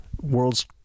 world's